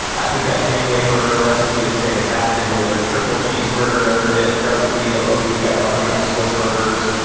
i think that hemingway burger recipe is fantastic. we have a triple cheese burger recipe in the book, we've got mushroom swiss burgers.